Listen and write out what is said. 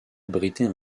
abritait